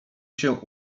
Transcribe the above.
się